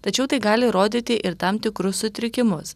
tačiau tai gali rodyti ir tam tikrus sutrikimus